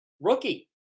Rookie